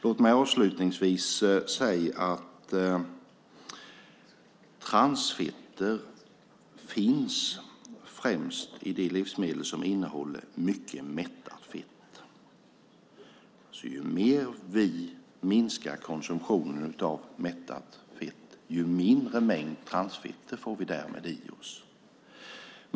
Låt mig avslutningsvis säga att transfetter finns främst i de livsmedel som innehåller mycket mättat fett. Ju mer vi minskar konsumtionen av mättat fett, desto mindre mängd transfetter får vi därmed i oss.